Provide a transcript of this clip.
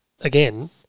again